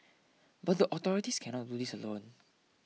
but the authorities cannot do this alone